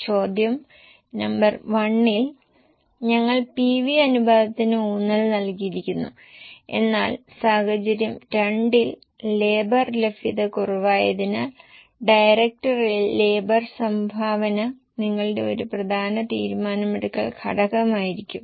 ചോദ്യം നമ്പർ 1 ൽ ഞങ്ങൾ PV അനുപാതത്തിന് ഊന്നൽ നൽകിയിരുന്നു എന്നാൽ സാഹചര്യം 2 ൽ ലേബർ ലഭ്യത കുറവായതിനാൽ ഡയറക്ട് ലേബർ സംഭാവന നിങ്ങളുടെ ഒരു പ്രധാന തീരുമാനമെടുക്കൽ ഘടകം ആയിരിക്കും